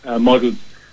models